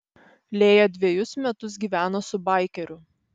lėja dvejus metus gyveno su baikeriu